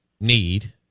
need